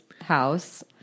house